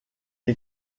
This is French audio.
est